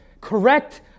correct